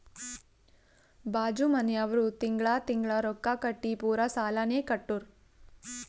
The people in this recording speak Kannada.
ಬಾಜು ಮನ್ಯಾವ್ರು ತಿಂಗಳಾ ತಿಂಗಳಾ ರೊಕ್ಕಾ ಕಟ್ಟಿ ಪೂರಾ ಸಾಲಾನೇ ಕಟ್ಟುರ್